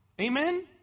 Amen